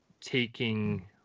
taking